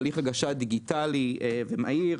הליך הגשה דיגיטלי ומהיר.